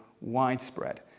widespread